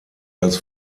als